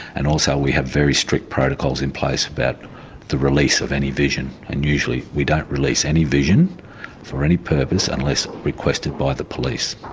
and also we have very strict protocols in place about the release of any vision and usually we don't release any vision for any purpose unless requested by the police.